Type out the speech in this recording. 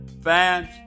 fans